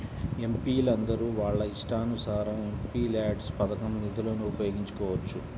ఎంపీలందరూ వాళ్ళ ఇష్టానుసారం ఎంపీల్యాడ్స్ పథకం నిధులను ఉపయోగించుకోవచ్చు